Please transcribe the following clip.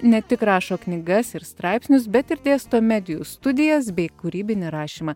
ne tik rašo knygas ir straipsnius bet ir dėsto medijų studijas bei kūrybinį rašymą